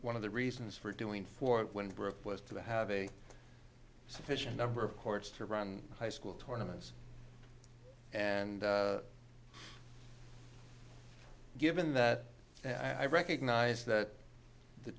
one of the reasons for doing for when brooke was to have a sufficient number of courts to run high school tournament and given that i recognize that the